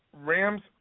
Rams